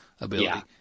ability